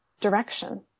direction